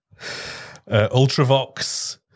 ultravox